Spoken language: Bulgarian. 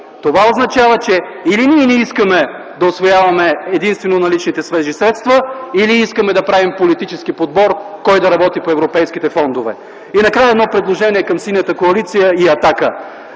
Това означава, че или ние не искаме да усвояваме единствено наличните свежи средства, или искаме да правим политически подбор – кой да работи по европейските фондове. Накрая едно предложение към Синята коалиция и „Атака”.